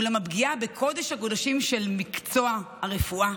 אולם הפגיעה בקודש הקודשים של מקצוע הרפואה,